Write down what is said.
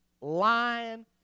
lying